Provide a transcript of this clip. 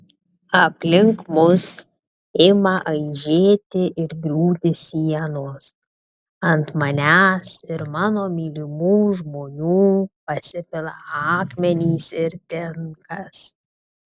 aplink mus ima aižėti ir griūti sienos ant manęs ir mano mylimų žmonių pasipila akmenys ir tinkas